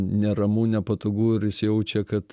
neramu nepatogu ir jis sijaučia kad